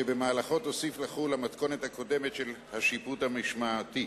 שבמהלכו תוסיף לחול המתכונת הקודמת של השיפוט המשמעתי.